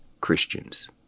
Christians